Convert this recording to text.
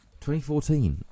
2014